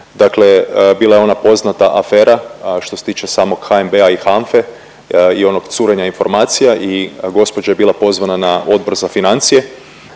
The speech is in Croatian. Dakle, bila je ona poznata afera što se tiče samog HNB-a i HANFA-e i onog curenja informacija. Gospođa je bila pozvana na Odbor za financije.